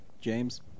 James